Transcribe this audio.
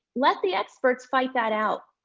let the experts fight that out.